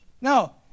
No